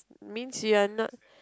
means you are not